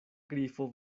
grifo